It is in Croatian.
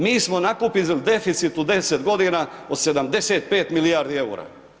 Mi smo nakupili deficit u 10 godina od 75 milijardi eura.